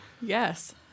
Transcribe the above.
Yes